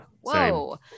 Whoa